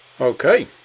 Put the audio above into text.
Okay